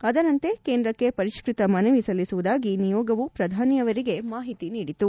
ಅದರಂತೆ ಕೇಂದ್ರಕ್ಕೆ ಪರಷ್ಟತ ಮನವಿ ಸಲ್ಲಿಸುವುದಾಗಿ ನಿಯೋಗವು ಪ್ರಧಾನಿಯವರಿಗೆ ಮಾಹಿತಿ ನೀಡಿತು